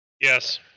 Yes